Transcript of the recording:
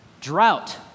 drought